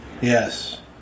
Yes